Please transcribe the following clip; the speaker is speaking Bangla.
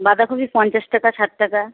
বাঁধাকপি পঞ্চাশ টাকা ষাট টাকা